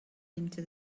into